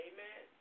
Amen